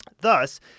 Thus